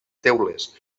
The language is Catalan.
teules